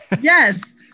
Yes